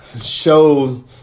shows